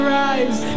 rise